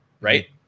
right